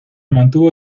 mantuvo